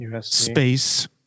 Space